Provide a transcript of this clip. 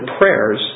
prayers